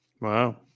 Wow